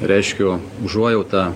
reiškiu užuojautą